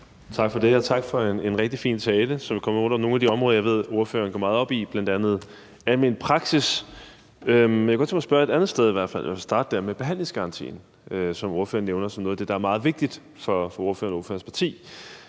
Tak for det, og tak for en rigtig fin tale, der kom rundt om nogle af de områder, som jeg ved at ordføreren går rigtig meget op i, bl.a. almen praksis. Men jeg kunne godt tænke mig at starte et andet sted, nemlig med at spørge til behandlingsgarantien, som ordføreren nævner som noget, der er meget vigtigt for ordføreren og for ordførerens parti.